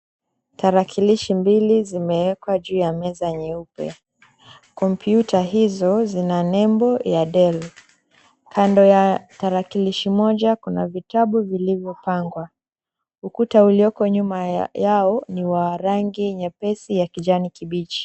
Tarakilishi mbili zimewekwa juu ya meza nyeupe. Kompyuta hizo zina nembo ya, Dell. Kando ya tarakilishi moja, kuna vitabu vilivyopangwa. Ukuta ulioko nyuma yao, ni wa rangi nyepesi ya kijani kibichi.